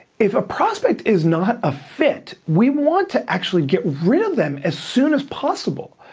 if a prospect is not a fit, we want to actually get rid of them as soon as possible.